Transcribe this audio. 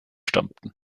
stammten